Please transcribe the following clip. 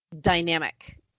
dynamic